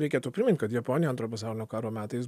reikėtų primint kad japonija antro pasaulinio karo metais